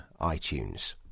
iTunes